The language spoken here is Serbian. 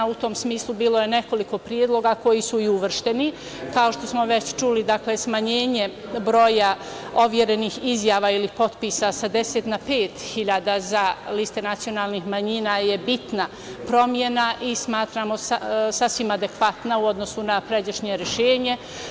U tom smislu bilo je nekoliko predloga koji su i uvršteni, kao što smo već čuli, smanjenje broja overenih izjava ili potpisa sa deset na pet hiljada za liste nacionalnih manjina je bitna promena i smatramo sasvim adekvatna u odnosu na pređašnje rešenje.